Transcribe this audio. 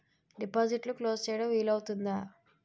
డిపాజిట్లు క్లోజ్ చేయడం వీలు అవుతుందా?